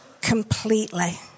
completely